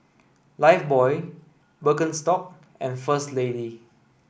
Lifebuoy Birkenstock and First Lady